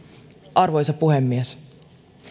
arvoisa puhemies